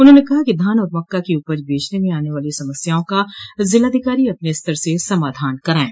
उन्होंने कहा कि धान और मक्का की उपज बेचने में आने वाली समस्याओं का जिलाधिकारी अपने स्तर से समाधान कराये